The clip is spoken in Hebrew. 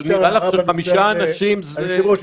אבל נראה לך שחמישה אנשים זה --- היושב-ראש,